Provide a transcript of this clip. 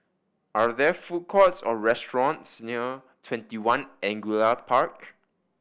are there food courts or restaurants near Twenty One Angullia Park